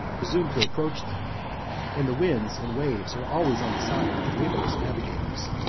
presumed to approach them and the winds and waves are always on the side of the ablest navigators.